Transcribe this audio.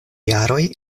jaroj